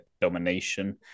Domination